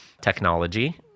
technology